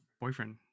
boyfriend